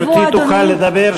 גברתי תוכל לדבר,